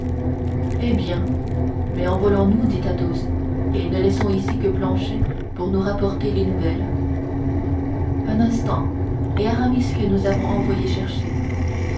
eh bien mais envolons nous dit athos et ne laissons ici que planchet pour nous rapporter les nouvelles un instant et aramis que nous avons envoyé chercher